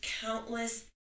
countless